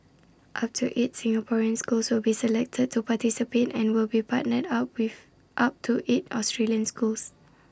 up to eight Singaporean schools will be selected to participate and will be partnered up with up to eight Australian schools